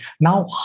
Now